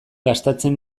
gastatzen